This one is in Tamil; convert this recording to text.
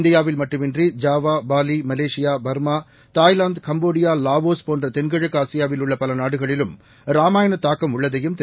இந்தியாவில்மட்டுமின்றி Java Bali Malaysia Burma Thailand Cambodia லாவோஸ்போன்றதென்கிழக்குஆசியாவில்பலநாடுகளிலும் ராமாயணத்தாக்கம்உள்ளதையும்திரு